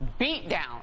beatdown